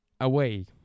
away